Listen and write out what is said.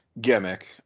gimmick